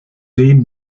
denen